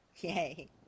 Yay